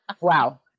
Wow